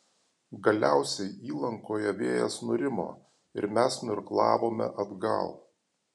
galiausiai įlankoje vėjas nurimo ir mes nuirklavome atgal